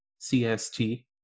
CST